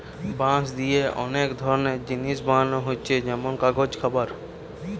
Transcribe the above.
বাঁশ দিয়ে অনেক ধরনের জিনিস বানানা হচ্ছে যেমন কাগজ, খাবার